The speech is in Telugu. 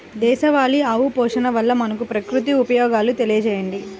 దేశవాళీ ఆవు పోషణ వల్ల మనకు, ప్రకృతికి ఉపయోగాలు తెలియచేయండి?